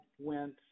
went